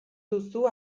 duzu